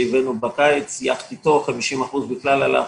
שהבאנו בקיץ יחד איתו - 50% בכלל הלך